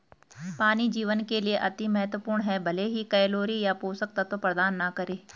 पानी जीवन के लिए अति महत्वपूर्ण है भले ही कैलोरी या पोषक तत्व प्रदान न करे